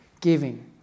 giving